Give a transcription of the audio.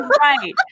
right